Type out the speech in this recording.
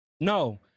No